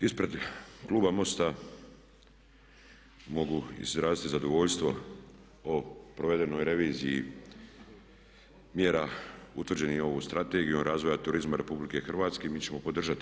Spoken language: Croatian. Ispred kluba MOST-a mogu izraziti zadovoljstvo o provedenoj reviziji mjera utvrđenih ovom Strategijom razvoja turizma RH mi ćemo podržati.